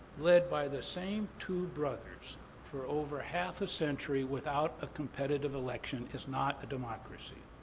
led by the same two brothers for over half a century without a competitive election is not a democracy.